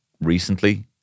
recently